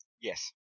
Yes